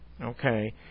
Okay